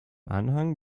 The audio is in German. anhang